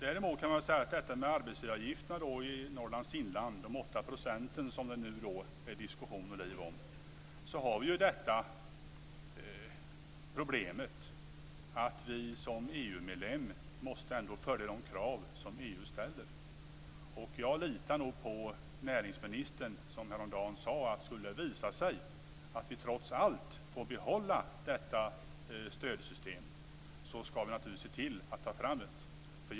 Däremot kan man säga att när det gäller arbetsgivaravgifterna och de åtta procenten i Norrlands inland, som det nu är diskussioner om, har vi problemet att Sverige som EU-medlem måste följa de krav som EU ställer. Jag litar nog på näringsministern, som häromdagen sade: Skulle det visa sig att vi trots allt får behålla detta stödsystem så ska vi naturligtvis se till att ta fram det.